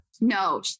No